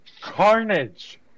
carnage